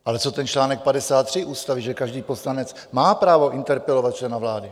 Ale co čl. 53 ústavy, že každý poslanec má právo interpelovat člena vlády?